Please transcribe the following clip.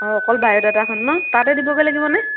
অঁ অকল বায়'ডাটাখন ন তাতে দিবগৈ লাগিবনে